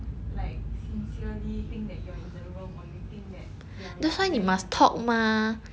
like sincerely think that you are in the wrong or you think that you are right then I'm wrong